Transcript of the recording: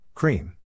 Cream